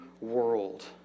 world